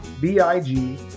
B-I-G